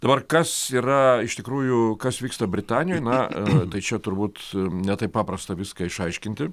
dabar kas yra iš tikrųjų kas vyksta britanijoj na tai čia turbūt ne taip paprasta viską išaiškinti